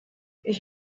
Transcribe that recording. ich